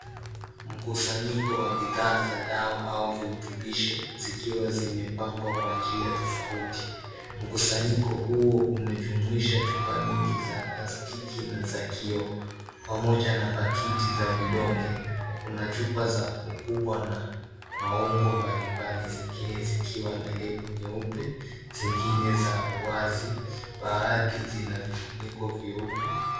Mkusanyiko wa bidhaa za dawa au virutubisho zikiwa zimepangwa kwa njia tofauti. Mkusanyiko huu umejumuisha chupa nyingi za plastiki na za kio pamoja na pakiti za vidonge. Kuna chupa za ukubwa na maumbo mbalimbali zingine zikiwa na lebo nyeupe, zingine za uwazi, baadhi zina vifuniko vyeupe.